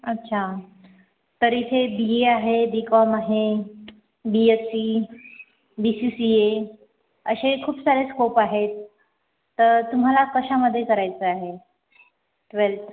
अच्छा तर इथे बी ए आहे बी कॉम आहे B S C B C C A असे खूप सारे स्कोप आहेत तर तुम्हाला कशामध्ये करायचं आहे ट्वेल्थ